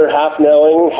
half-knowing